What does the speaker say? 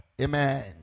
amen